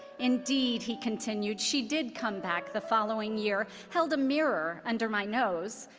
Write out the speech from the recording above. indeed, he continued. she did come back the following year, held a mirror under my nose,